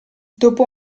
dopo